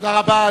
תודה רבה.